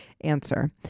answer